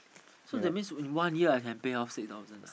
so that means in one year I can pay off six thousand eh